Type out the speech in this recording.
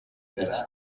iki